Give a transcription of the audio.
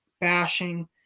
bashing